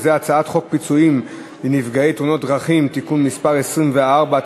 הצעת חוק פיצויים לנפגעי תאונות דרכים (תיקון מס' 24),